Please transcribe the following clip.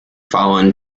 fallen